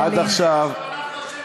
עכשיו אנחנו אשמים?